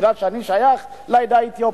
בגלל שאני שייך לעדה האתיופית.